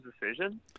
decision